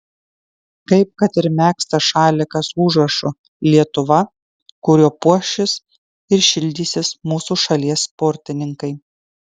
kaip kad ir megztas šalikas su užrašu lietuva kuriuo puošis ir šildysis mūsų šalies sportininkai